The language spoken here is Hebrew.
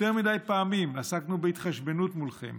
יותר מדי פעמים עסקנו בהתחשבנות מולכם,